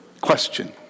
question